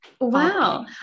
Wow